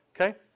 Okay